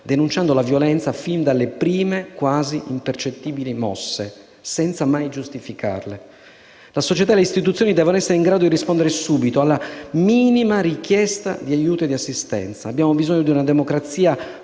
denunciando la violenza fin dalle prime quasi impercettibili mosse, senza mai giustificarla. La società e le istituzioni debbono essere in grado di rispondere subito alla minima richiesta di aiuto e di assistenza. Abbiamo bisogno di una democrazia